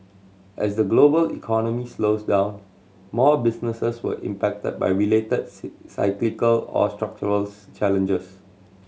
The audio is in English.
as the global economy slows down more businesses were impacted by related see cyclical or structural's challenges